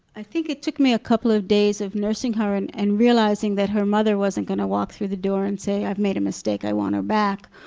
i think it took me a couple of days of nursing her and and realizing that her mother wasn't gonna walk through the door and say i've made a mistake, i want her back.